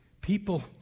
people